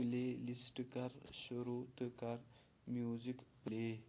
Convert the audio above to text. پُلے list کَر شروٗع تہٕ کَر میٛوزِک پُلے